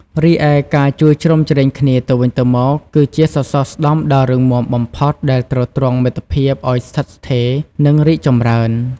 រីឯ ការជួយជ្រោមជ្រែងគ្នាទៅវិញទៅមក គឺជាសសរស្តម្ភដ៏រឹងមាំបំផុតដែលទ្រទ្រង់មិត្តភាពឲ្យស្ថិតស្ថេរ និងរីកចម្រើន។